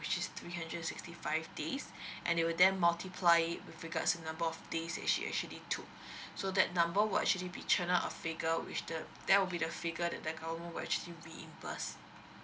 which is three hundred and sixty five days and they will then multiply it with regards the number of days that she actually took so that number will actually be turn up a figure which the that will be the figure that the government will actually reimburse